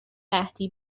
قحطی